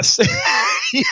Yes